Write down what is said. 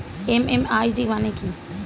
MMID মানে কি?